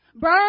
Burn